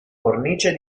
cornice